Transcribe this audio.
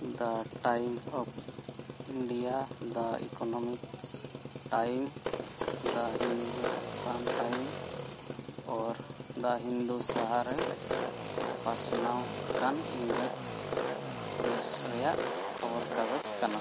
the Times of India the economics Times the Hindustani Times or the Hindu ᱥᱟᱦᱟᱨ ᱨᱮ ᱯᱟᱥᱱᱟᱣ ᱟᱠᱟᱱ ᱤᱝᱨᱮᱡᱽ ᱯᱨᱮᱥ ᱨᱮᱭᱟᱜ ᱠᱷᱚᱵᱚᱨ ᱠᱟᱜᱚᱡᱽ ᱠᱟᱱᱟ